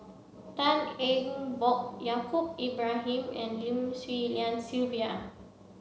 Tan Eng Bock Yaacob Ibrahim and Lim Swee Lian Sylvia